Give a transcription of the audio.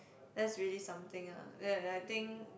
that's really something ah I think